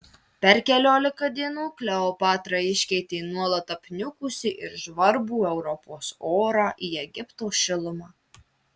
per keliolika dienų kleopatra iškeitė nuolat apniukusį ir žvarbų europos orą į egipto šilumą